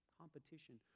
competition